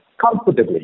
comfortably